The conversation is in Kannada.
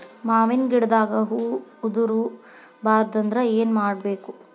ಮಾವಿನ ಗಿಡದಾಗ ಹೂವು ಉದುರು ಬಾರದಂದ್ರ ಏನು ಮಾಡಬೇಕು?